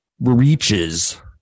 reaches